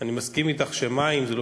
אני מסכים אתך שמים זה לא